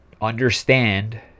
understand